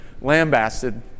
lambasted